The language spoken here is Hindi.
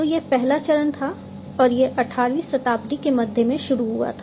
तो यह पहला चरण था और यह 18 वीं शताब्दी के मध्य में शुरू हुआ था